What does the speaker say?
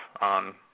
on